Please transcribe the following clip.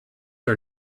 are